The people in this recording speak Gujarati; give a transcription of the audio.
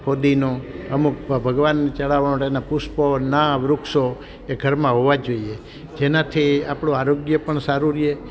ફુદીનો અમુક ભ ભગવાન ચળાવા માટેના પુષ્પોના વૃક્ષો એ ઘરમાં હોવા જોઈએ જેનાથી આપળુ આરોગ્ય પણ સારું રહે